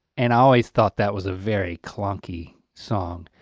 and i always thought that was a very clunky song.